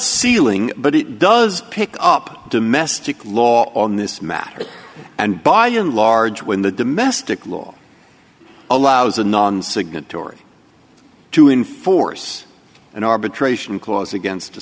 ceiling but it does pick up domestic law on this matter and by and large when the domestic law allows a non signatory to enforce an arbitration clause against